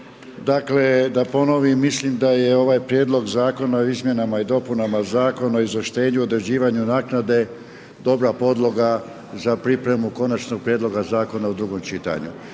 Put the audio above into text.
Dakle da ponovim, mislim da je ovaj Prijedlog zakona o izmjenama i dopunama Zakona o izvlaštenju, određenu naknade dobra podloga za pripremu Konačnog prijedloga zakona u drugom čitanju.